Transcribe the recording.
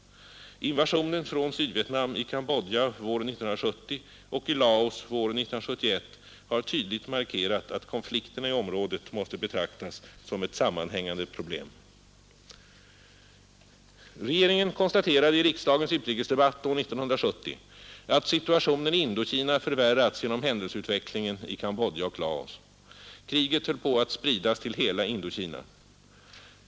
Invasionen från Sydvietnam i Cambodja våren 1970 och i Laos våren 1971 har tydligt markerat att konflikterna i området måste betraktas som ett sammanhängande problem. Regeringen konstaterade i riksdagens utrikesdebatt år 1970 att situationen i Indokina förvärrats genom händelseutvecklingen i Cambodja och Laos. Kriget höll på att spridas till hela Indokina.